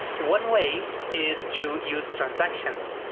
one way is to use transactions.